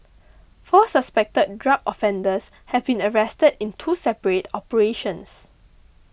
four suspected drug offenders have been arrested in two separate operations